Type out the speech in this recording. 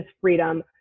freedom